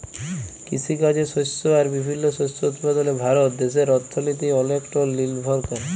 কিসিকাজে শস্য আর বিভিল্ল্য শস্য উৎপাদলে ভারত দ্যাশের অথ্থলিতি অলেকট লিরভর ক্যরে